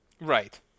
Right